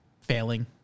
failing